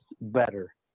better